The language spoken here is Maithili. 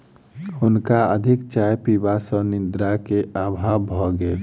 हुनका अधिक चाय पीबा सॅ निद्रा के अभाव भ गेल